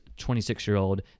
26-year-old